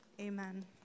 Amen